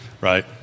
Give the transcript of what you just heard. right